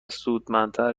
سودمندتر